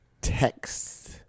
Text